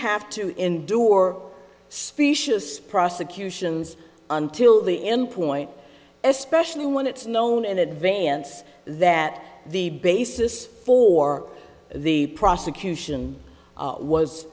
have to endure specious prosecutions until the end point especially when it's known in advance that the basis for the prosecution